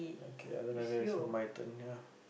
okay lah other than that is my turn ya